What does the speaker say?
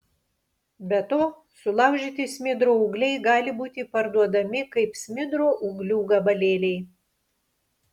be to sulaužyti smidro ūgliai gali būti parduodami kaip smidro ūglių gabalėliai